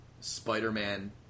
Spider-Man